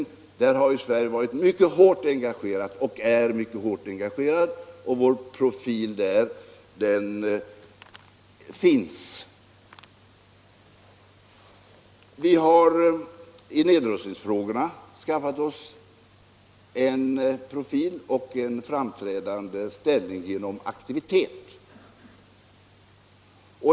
I den senare frågan har Sverige varit, och är fortfarande, mycket starkt engagerat, och vi har därmed skapat oss en profil. Även i nedrustningsfrågorna har vi genom aktivitet skapat oss en profil och en framträdande ställning.